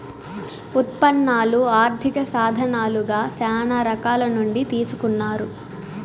ఉత్పన్నాలు ఆర్థిక సాధనాలుగా శ్యానా రకాల నుండి తీసుకున్నారు